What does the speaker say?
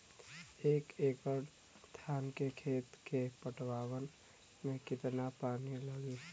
एक एकड़ धान के खेत के पटवन मे कितना पानी लागि?